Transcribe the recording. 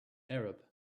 arab